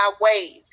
ways